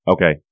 Okay